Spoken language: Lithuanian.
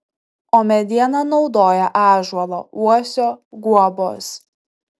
o medieną naudoja ąžuolo uosio guobos